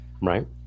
right